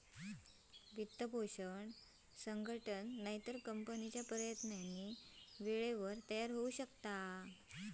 वित्तपोषण संघटन किंवा कंपनीच्या प्रयत्नांनी वेळेवर तयार होऊ शकता